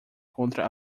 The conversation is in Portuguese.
contra